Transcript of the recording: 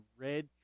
red